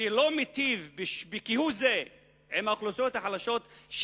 שלא מיטיב כהוא-זה עם האוכלוסיות החלשות,